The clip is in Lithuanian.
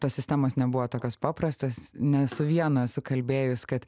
tos sistemos nebuvo tokios paprastos ne su vienu esu kalbėjus kad